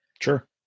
Sure